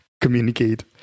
communicate